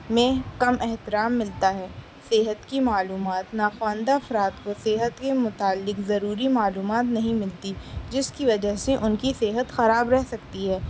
میں کم احترام ملتا ہے صحت کی معلومات ناخواندہ افراد کو صحت کے متعلق ضروری معلومات نہیں ملتیں جس کی وجہ سے ان کی صحت خراب رہ سکتی ہے